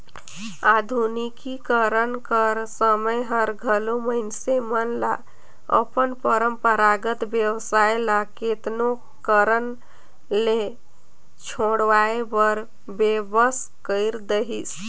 आधुनिकीकरन कर समें हर घलो मइनसे मन ल अपन परंपरागत बेवसाय ल केतनो कारन ले छोंड़वाए बर बिबस कइर देहिस